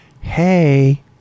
Hey